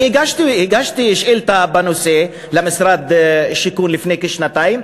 אני הגשתי שאילתה בנושא למשרד השיכון לפני כשנתיים.